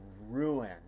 ruin